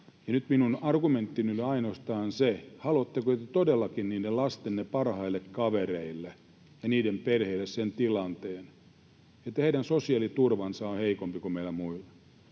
minun argumenttini oli ainoastaan se, haluatteko te todellakin lastenne parhaille kavereille ja heidän perheilleen sen tilanteen, että heidän sosiaaliturvansa on heikompi kuin meillä muilla.